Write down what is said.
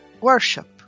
worship